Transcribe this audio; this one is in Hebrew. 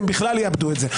הם בכלל יאבדו את זה.